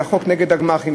החוק נגד הגמ"חים,